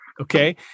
Okay